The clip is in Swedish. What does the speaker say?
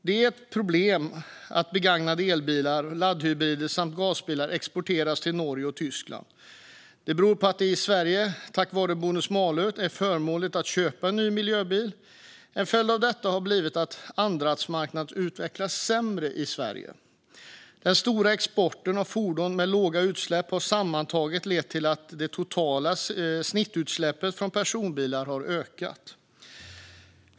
Det är ett problem att begagnade elbilar, laddhybrider och gasbilar exporteras till Norge och Tyskland. Detta beror på att det i Sverige, tack vare bonus-malus, är förmånligt att köpa en ny miljöbil. En följd av detta har blivit att andrahandsmarknaden utvecklas sämre i Sverige. Den stora exporten av fordon med låga utsläpp har sammantaget lett till att det totala snittutsläppet från personbilar har ökat.